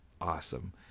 awesome